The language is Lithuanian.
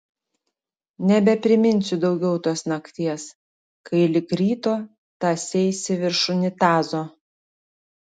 nebepriminsiu daugiau tos nakties kai lig ryto tąseisi virš unitazo